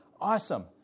awesome